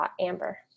amber